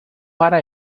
para